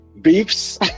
beefs